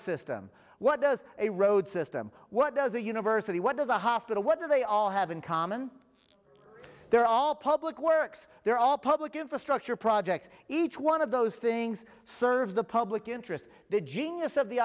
system what does a road system what does a university what does the hospital what do they all have in common they're all public works they're all public infrastructure projects each one of those things serve the public interest the genius of the